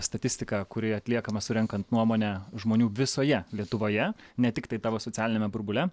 statistiką kuri atliekama surenkant nuomonę žmonių visoje lietuvoje ne tiktai tavo socialiniame burbule